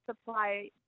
supply